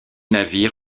navire